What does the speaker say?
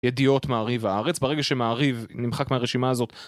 ידיעות מעריב הארץ ברגע שמעריב נמחק מהרשימה הזאת